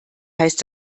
heißt